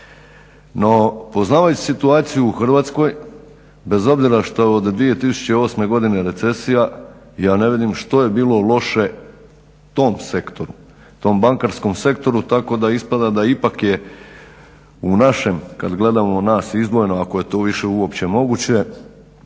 No poznavajući situaciju u Hrvatskoj, bez obzira što je od 2008. godine recesija, ja ne vidim što je bilo loše tom sektoru, tom bankarskom sektoru tako da ispada da ipak je u našem, kad gledamo nas izdvojeno ako je to više uopće moguće,